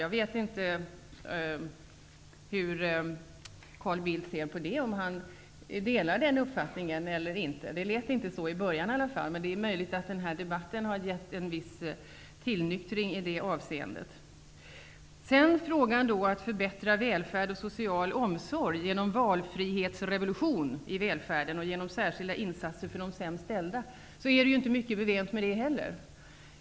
Jag vet inte om Carl Bildt delar den uppfattningen eller inte. Det lät i varje fall inte så inledningsvis, men det är möjligt att den här debatten har lett till en viss tillnyktring i det avseendet. Vad sedan gäller frågan om att förbättra välfärd och social omsorg genom valfrihetsrevolution i välfärden och genom särskilda insatser för de sämst ställda är det inte mycket bevänt heller med detta.